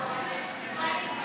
קואליציה נגד.